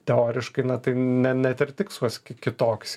teoriškai tai ne net ir tikslas ki kitoks